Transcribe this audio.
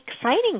exciting